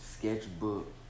sketchbook